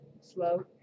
slow